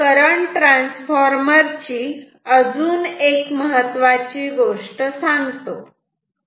आता मी current transformer ची महत्त्वाची गोष्ट सांगतो